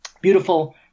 beautiful